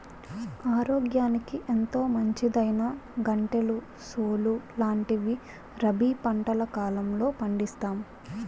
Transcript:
ఆరోగ్యానికి ఎంతో మంచిదైనా గంటెలు, సోలు లాంటివి రబీ పంటల కాలంలో పండిస్తాం